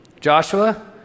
Joshua